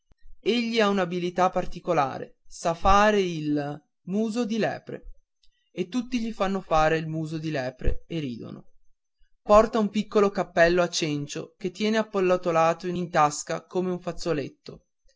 egli ha un'abilità particolare sa fare il muso di lepre e tutti gli fanno fare il muso di lepre e ridono porta un piccolo cappello a cencio che tiene appallottolato in tasca come un fazzoletto